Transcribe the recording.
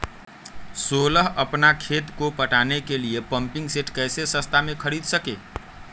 सोलह अपना खेत को पटाने के लिए पम्पिंग सेट कैसे सस्ता मे खरीद सके?